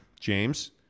James